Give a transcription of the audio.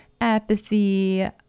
apathy